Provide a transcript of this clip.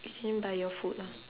you didn't buy your food lah